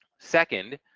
second,